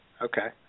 Okay